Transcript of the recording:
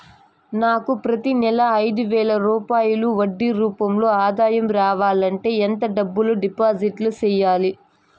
నాకు ప్రతి నెల ఐదు వేల రూపాయలు వడ్డీ రూపం లో ఆదాయం రావాలంటే ఎంత డబ్బులు డిపాజిట్లు సెయ్యాలి?